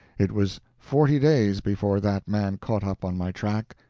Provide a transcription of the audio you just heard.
it was forty days before that man caught up on my track.